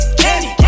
candy